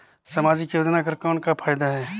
समाजिक योजना कर कौन का फायदा है?